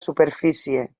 superfície